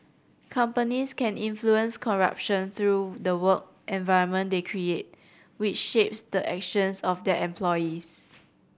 companies can influence corruption through the work environment they create which shapes the actions of their employees